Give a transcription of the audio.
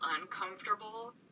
uncomfortable